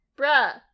Bruh